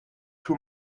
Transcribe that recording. too